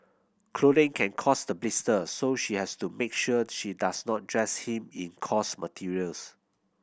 clothing can cause the blisters so she has to make sure she does not dress him in coarse materials